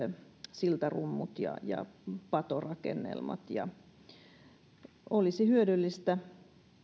siltarummut ja ja patorakennelmat olisi hyödyllistä